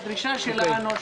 הדרישה שלנו,